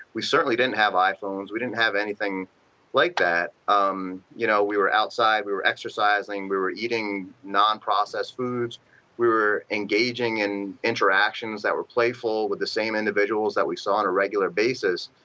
we certainly didn't have iphones, we didn't have anything like that. um you know we were outside, we were exercising, we were eating non-processed foods, we were engaging in interactions that were playful with the same individuals that we saw on a regular basis.